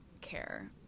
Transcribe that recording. care